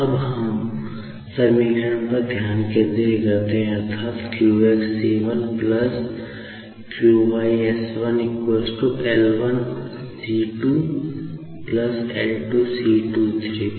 अब हम पहले समीकरण पर ध्यान केंद्रित करते हैं अर्थात q x c1 q y s1 L1c2 L2 c23 पर